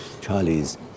Charlie's